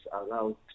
allowed